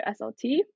SLT